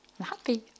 happy